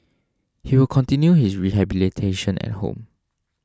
he will continue his rehabilitation at home